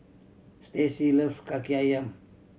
Stacie loves Kaki Ayam